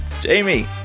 Jamie